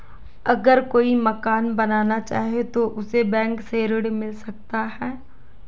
अगर कोई मकान बनाना चाहे तो उसे बैंक से ऋण मिल सकता है?